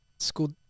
School